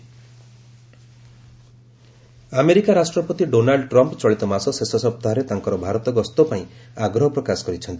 US Trump India America ରାଷ୍ଟ୍ରପତି Donald Trump ଚଳିତମାସ ଶେଷ ସପ୍ତାହରେ ତାଙ୍କର ଭାରତ ଗସ୍ତ ପାଇଁ ଆଗ୍ରହ ପ୍ରକାଶ କରିଛନ୍ତି